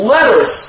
Letters